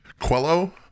Quello